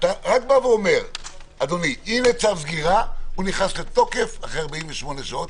זה רק אומר שצו הסגירה נכנס לתוקף אחרי 48 שעות,